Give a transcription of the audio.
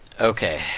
Okay